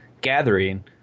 gathering